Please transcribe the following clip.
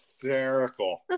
hysterical